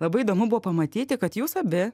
labai įdomu buvo pamatyti kad jūs abi